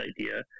idea